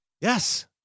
Yes